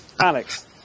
Alex